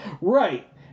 Right